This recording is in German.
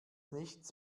nichts